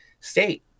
state